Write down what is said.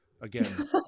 Again